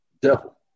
devil